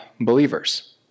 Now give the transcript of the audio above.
believers